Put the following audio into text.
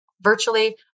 virtually